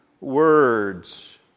words